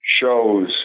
shows